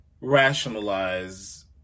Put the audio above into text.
rationalize